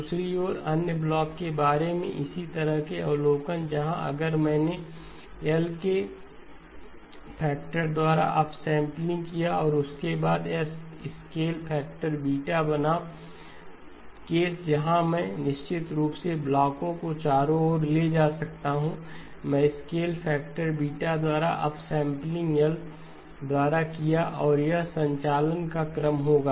दूसरी ओर अन्य ब्लॉक के बारे में इसी तरह का अवलोकन जहां अगर मैंने L के फैक्टर द्वारा अप सैंपलिंग किया और उसके बाद स्केल फैक्टर बीटा बनाम केस जहां मैं निश्चित रूप से ब्लॉकों को चारों ओर ले जा सकता हूं मैं स्केल फैक्टर बीटा द्वारा अप सैंपलिंग L द्वारा किया और यह संचालन का क्रम होगा